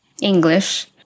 English